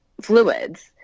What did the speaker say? fluids